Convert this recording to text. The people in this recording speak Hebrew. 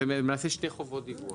אז שתי חובות דיווח.